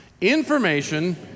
Information